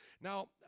Now